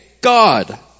God